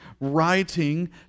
writing